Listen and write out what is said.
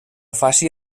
faci